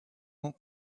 rangs